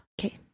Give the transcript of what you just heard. Okay